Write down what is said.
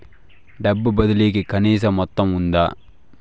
డబ్బు బదిలీ కి కనీస మొత్తం ఉందా?